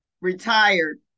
retired